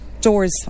doors